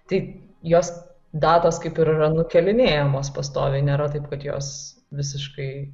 tik jos datos kaip ir yra nukėlinėjamas pastoviai nėra taip kad jos visiškai